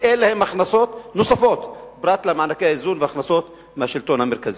שאין להן הכנסות פרט למענקי האיזון וההכנסות מהשלטון המרכזי.